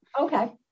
Okay